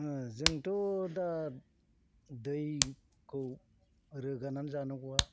जोंथ' दा दैखौ रोगानानै जानांगौआ